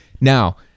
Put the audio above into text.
Now